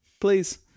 please